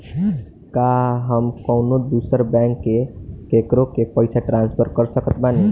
का हम कउनों दूसर बैंक से केकरों के पइसा ट्रांसफर कर सकत बानी?